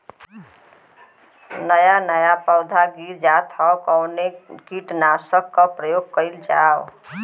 नया नया पौधा गिर जात हव कवने कीट नाशक क प्रयोग कइल जाव?